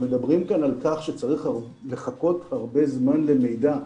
כשמדברים כאן על כך שצריך לחכות הרבה זמן למידע,